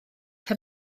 heb